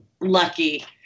lucky